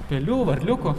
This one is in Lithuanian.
pelių varliuko